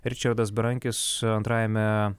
ričardas berankis antrajame